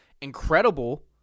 incredible